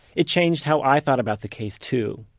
it changed how i thought about the case, too.